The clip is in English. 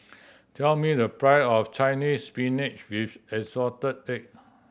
tell me the price of Chinese Spinach with assorted egg